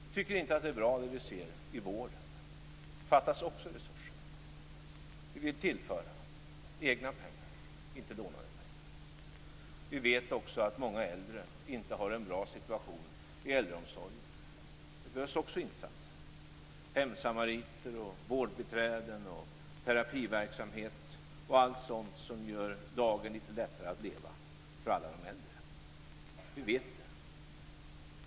Vi tycker inte att det vi ser i vården är bra. Där fattas det också resurser. Vi vill tillföra egna pengar, inte lånade pengar. Vi vet också att många äldre inte har en bra situation i äldreomsorgen. Där behövs det också insatser. Det behövs hemsamariter, vårdbiträden, terapiverksamhet och allt sådant som gör dagen litet lättare att leva för alla de äldre. Vi vet det.